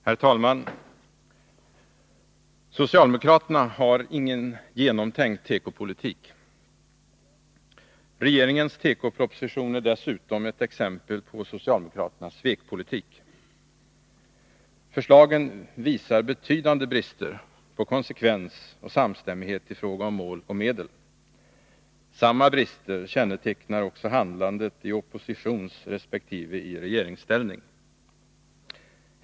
Herr talman! Socialdemokraterna har ingen genomtänkt tekopolitik. Regeringens tekoproposition är dessutom ett exempel på socialdemokraternas svekpolitik. Förslagen visar betydande brister på konsekvens och samstämmighet i fråga om mål och medel. Samma brister kännetecknar handlandet såväl i oppositionssom i regeringsställning.